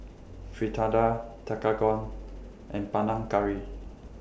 Fritada Tekkadon and Panang Curry